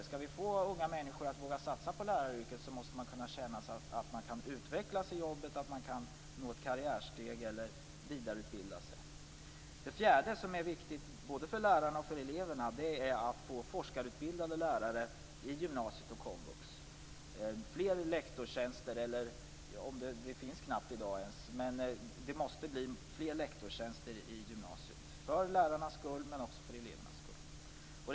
Skall vi få unga människor att våga satsa på läraryrket måste man känna att man kan utvecklas i jobbet, att man kan nå ett karriärsteg eller vidareutbilda sig. Det fjärde, som är viktigt både för lärarna och för eleverna, är att få forskarutbildade lärare i gymnasiet och komvux. Fler lektorstjänster. Det finns knappt i dag, men det måste bli fler lektorstjänster i gymnasiet, för lärarnas skull men också för elevernas skull.